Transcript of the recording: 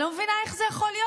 אני לא מבינה איך זה יכול להיות.